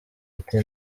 ati